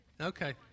Okay